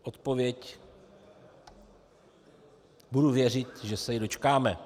Odpověď, budu věřit, že se jí dočkáme.